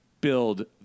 build